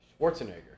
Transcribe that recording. Schwarzenegger